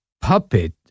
puppet